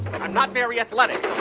and i'm not very athletic,